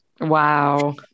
Wow